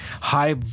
high